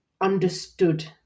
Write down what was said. understood